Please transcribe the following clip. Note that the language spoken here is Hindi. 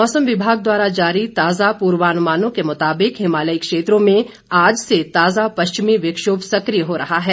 मौसम विभाग द्वारा जारी ताज़ा पूर्वानुमानों के मुताबिक हिमालयी क्षेत्रों में आज से ताज़ा पश्चिमी विक्षोभ सक्रिय हो रहा है